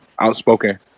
outspoken